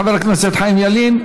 חבר הכנסת חיים ילין,